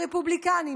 הרפובליקנים,